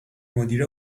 مدیره